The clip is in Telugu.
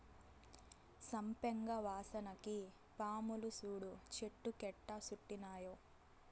సంపెంగ వాసనకి పాములు సూడు చెట్టు కెట్టా సుట్టినాయో